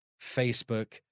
Facebook